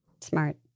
Smart